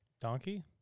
Donkey